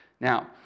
Now